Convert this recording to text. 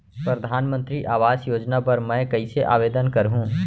परधानमंतरी आवास योजना बर मैं कइसे आवेदन करहूँ?